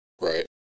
Right